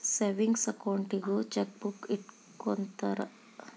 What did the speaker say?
savings ಅಕೌಂಟಿಗೂ chequebook ಇಟ್ಟ್ಕೊತ್ತರ